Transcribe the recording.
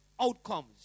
outcomes